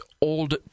old